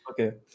Okay